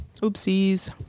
oopsies